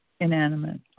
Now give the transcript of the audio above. inanimate